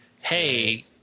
hey